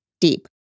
deep